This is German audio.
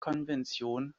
konvention